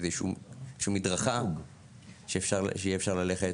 איזושהי מדרכה שאפשר יהיה ללכת.